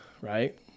Right